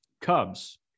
cubs